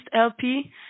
LP